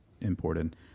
imported